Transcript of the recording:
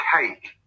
cake